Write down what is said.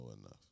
enough